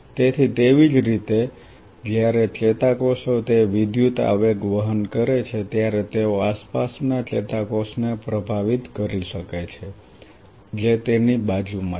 તેથી તેવી જ રીતે જ્યારે ચેતાકોષો તે વિદ્યુત આવેગ વહન કરે છે ત્યારે તેઓ આસપાસના ચેતાકોષને પ્રભાવિત કરી શકે છે જે તેની બાજુમાં છે